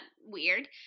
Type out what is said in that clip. weird